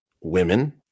women